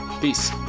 Peace